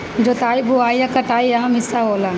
जोताई बोआई आ कटाई अहम् हिस्सा होला